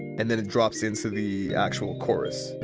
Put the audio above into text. and then it drops into the actual chorus,